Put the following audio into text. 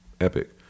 epic